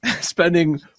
spending